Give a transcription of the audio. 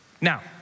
Now